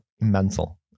mental